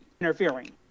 interfering